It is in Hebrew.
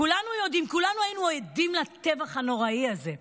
כולנו היינו עדים לטבח הנוראי הזה,